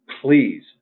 please